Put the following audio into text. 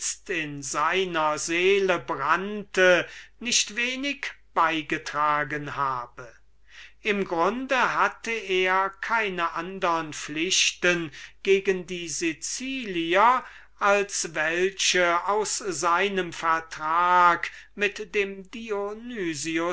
in seiner seele brannte nicht wenig beigetragen habe im grunde hatte er keine andre pflichten gegen die sicilianer als welche aus seinem vertrag mit dem